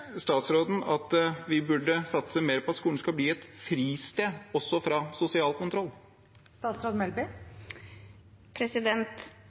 statsråden at vi burde satse mer på at skolen skal bli et fristed, også fra sosial kontroll?